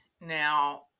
Now